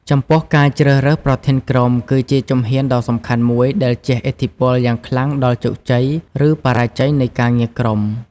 ចំពោះការជ្រើសរើសប្រធានក្រុម គឺជាជំហានដ៏សំខាន់មួយដែលជះឥទ្ធិពលយ៉ាងខ្លាំងដល់ជោគជ័យ ឬបរាជ័យនៃការងារជាក្រុម។